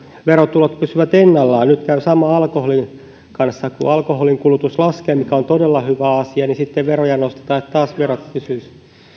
verotulot pysyvät ennallaan nyt käy sama alkoholin kanssa kun alkoholin kulutus laskee mikä on todella hyvä asia niin sitten veroja nostetaan että taas verot pysyisivät